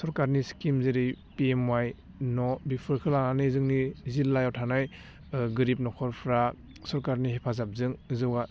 सरकारनि स्किम जेरै पिएसवाइ न' बिफोरखो लानानै जोंनि जिल्लायाव थानाय गोरिब नख'रफ्रा सरकारनि हेफाजाबजों जौगा